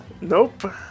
Nope